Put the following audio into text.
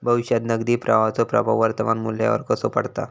भविष्यात नगदी प्रवाहाचो प्रभाव वर्तमान मुल्यावर कसो पडता?